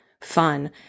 fun